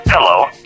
Hello